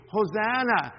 Hosanna